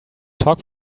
talk